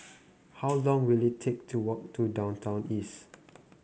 how long will it take to walk to Downtown East